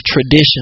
tradition